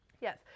Yes